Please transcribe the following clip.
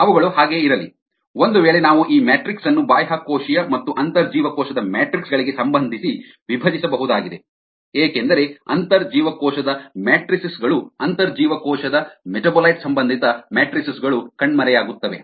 ಅವುಗಳು ಹಾಗೆ ಇರಲಿ ಒಂದು ವೇಳೆ ನಾವು ಈ ಮ್ಯಾಟ್ರಿಕ್ಸ್ ಅನ್ನು ಬಾಹ್ಯಕೋಶೀಯ ಮತ್ತು ಅಂತರ್ಜೀವಕೋಶದ ಮ್ಯಾಟ್ರಿಕ್ ಗಳಿಗೆ ಸಂಬಂಧಿಸಿ ವಿಭಜಿಸಬಹುದಾಗಿದೆ ಏಕೆಂದರೆ ಅಂತರ್ಜೀವಕೋಶದ ಮ್ಯಾಟ್ರಿಸಸ್ ಗಳು ಅಂತರ್ಜೀವಕೋಶದ ಮೆಟಾಬೊಲೈಟ್ ಸಂಬಂಧಿತ ಮ್ಯಾಟ್ರಿಸಸ್ ಗಳು ಕಣ್ಮರೆಯಾಗುತ್ತವೆ